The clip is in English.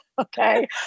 okay